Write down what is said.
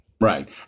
right